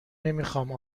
نمیخام